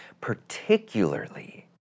particularly